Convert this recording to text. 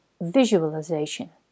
visualization